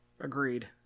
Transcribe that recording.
Agreed